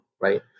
right